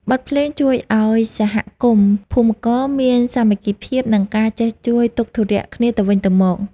បទភ្លេងជួយឱ្យសហគមន៍ភូមិករមានសាមគ្គីភាព និងការចេះជួយទុក្ខធុរៈគ្នាទៅវិញទៅមក។